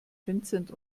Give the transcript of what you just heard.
vincent